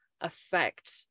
affect